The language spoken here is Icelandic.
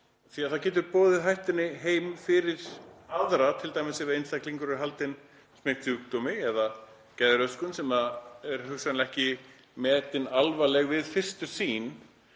því að það getur boðið hættunni heim fyrir aðra, t.d. ef einstaklingur er haldinn smitsjúkdómi eða geðröskun sem er hugsanlega ekki metin alvarleg við fyrstu sýn.